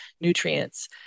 nutrients